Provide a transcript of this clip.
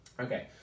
okay